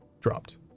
dropped